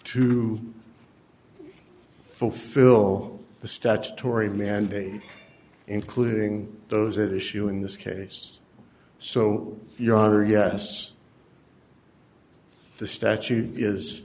to fulfill the statutory mandate including those at issue in this case so your honor yes the statute is